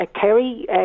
Kerry